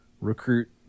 recruit